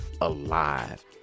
alive